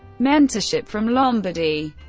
mentorship from lombardy